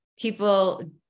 people